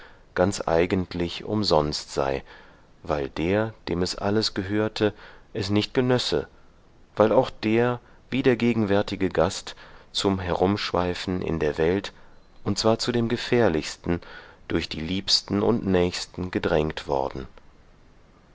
ganz eigentlich umsonst sei weil der dem es alles gehörte es nicht genösse weil auch der wie der gegenwärtige gast zum herumschweifen in der welt und zwar zu dem gefährlichsten durch die liebsten und nächsten gedrängt worden